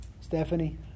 Stephanie